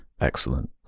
excellent